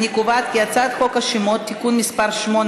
אני קובעת כי הצעת חוק השמות (תיקון מס' 8),